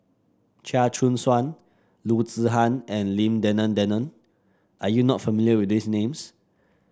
Chia Choo Suan Loo Zihan and Lim Denan Denon are you not familiar with these names